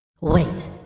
wait